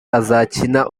azakina